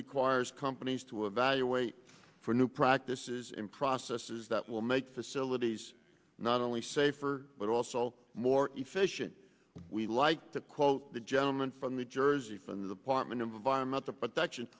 requires companies to evaluate for new practices and processes that will make facilities not only safer but also more efficient we like to quote the gentleman from new jersey from the department of environmental protection